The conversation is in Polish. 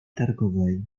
targowej